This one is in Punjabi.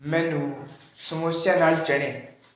ਮੈਨੂੰ ਸਮੋਸਿਆਂ ਨਾਲ ਚਨੇ